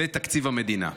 לתקציב המדינה.